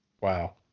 Wow